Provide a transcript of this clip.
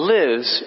lives